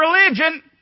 religion